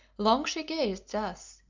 long she gazed thus,